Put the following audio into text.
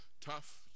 Tough